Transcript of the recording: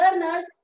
Learners